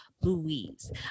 Louise